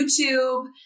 YouTube